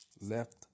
Left